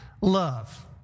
love